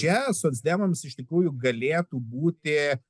čia socdemams iš tikrųjų galėtų būti